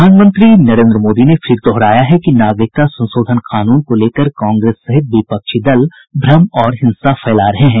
प्रधानमंत्री नरेन्द्र मोदी ने फिर दोहराया है कि नागरिकता संशोधन कानून को लेकर कांग्रेस सहित विपक्षी दल भ्रम और हिंसा फैला रहे हैं